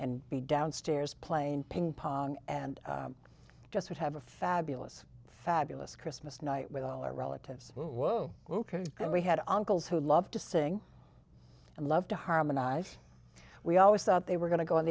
and be downstairs playing ping pong and just would have a fabulous fabulous christmas night with all our relatives ok and we had uncles who loved to sing and love to harmonize we always thought they were going to go on